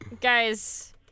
guys